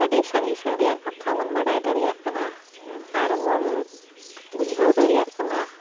ᱟᱹᱰᱤ ᱥᱟᱺᱜᱤᱧ ᱥᱟᱺᱜᱤᱧ ᱨᱮᱭᱟᱜ ᱠᱟᱛᱷᱟᱵᱚᱱ ᱵᱟᱰᱟᱭ ᱫᱟᱲᱮᱭᱟᱜ ᱠᱟᱱᱟ ᱟᱨᱵᱚᱱ ᱵᱩᱡᱷᱟᱹᱣ ᱫᱟᱲᱮᱭᱟᱜ ᱠᱟᱱᱟ